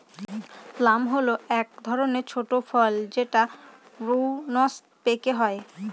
plum হল এক ধরনের ছোট ফল যেটা প্রুনস পেকে হয়